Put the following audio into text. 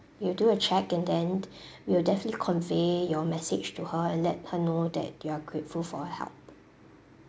we'll do a check and then we'll definitely convey your message to her and let her know that you are grateful for help